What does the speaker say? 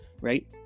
right